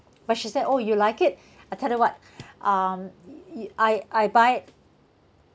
but she said oh you like it I tell you what um y~ y~ I I buy it